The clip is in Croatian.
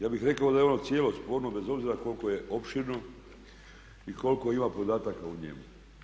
Ja bih rekao da je ono cijelo sporno bez obzira koliko je opširno i koliko ima podataka u njemu.